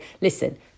Listen